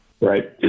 Right